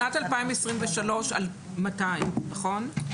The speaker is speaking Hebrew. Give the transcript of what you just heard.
שנת 2023 200. נכון?